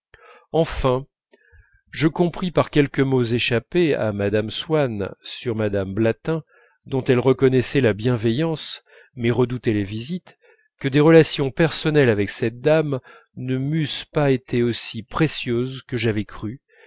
enfin je compris par quelques mots échappés à mme swann sur mme blatin dont elle reconnaissait la bienveillance mais redoutait les visites que des relations personnelles avec cette dame ne m'eussent pas été aussi précieuses que j'avais cru